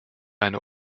eine